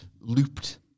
looped